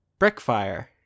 Brickfire